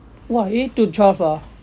!wah! eight to twelve ah